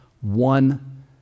one